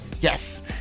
Yes